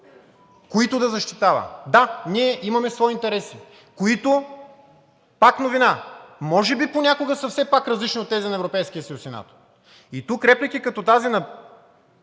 които да защитава. Да, ние имаме свои интереси, които, пак новина, може би понякога са все пак различни от тези на Европейския съюз и НАТО. Тук реплики като тази на